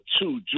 two